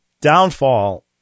Downfall